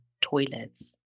toilets